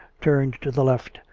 turned to the left,